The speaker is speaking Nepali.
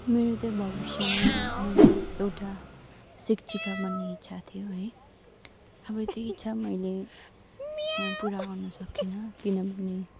मेरो चाहिँ भविष्यमा मलाई एउटा शिक्षिका बन्ने इच्छा थियो है अब त्यो इच्छा मैले पुरा गर्न सकिनँ किनभने